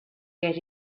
get